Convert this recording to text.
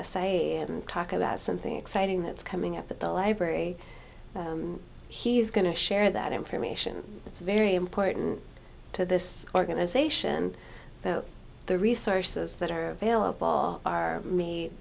a say and talk about something exciting that's coming up at the library he's going to share that information that's very important to this organization so the resources that are available are me